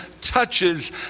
touches